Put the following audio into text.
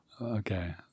Okay